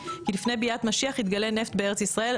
לפני ביאת משיח יתגלה נפט בארץ ישראל,